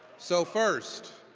so, first,